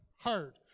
heard